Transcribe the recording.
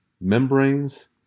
membranes